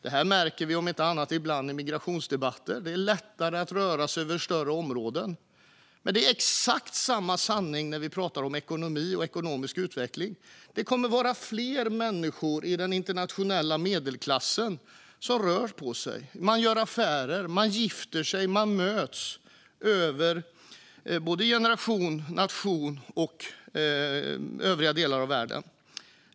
Det här märker vi om inte annat ibland i migrationsdebatter. Det är lättare att röra sig över större områden. Men det är exakt samma sanning när vi pratar om ekonomi och ekonomisk utveckling. Det kommer att vara fler människor i den internationella medelklassen som rör på sig. Man gör affärer. Man gifter sig. Man möts mellan generationer och nationer och träffar människor från övriga delar av världen.